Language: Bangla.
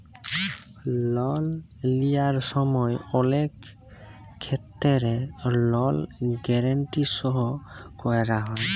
লল লিঁয়ার সময় অলেক খেত্তেরে লল গ্যারেলটি সই ক্যরা হয়